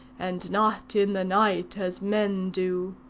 and not in the night, as men do.